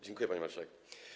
Dziękuję, pani marszałek.